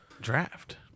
draft